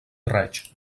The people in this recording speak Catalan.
reig